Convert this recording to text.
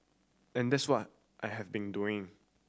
and that's what I have been doing